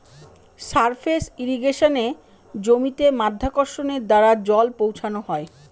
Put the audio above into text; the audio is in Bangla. সারফেস ইর্রিগেশনে জমিতে মাধ্যাকর্ষণের দ্বারা জল পৌঁছানো হয়